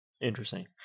Interesting